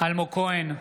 אלמוג כהן,